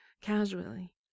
casually